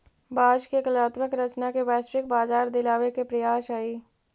बाँस के कलात्मक रचना के वैश्विक बाजार दिलावे के प्रयास हई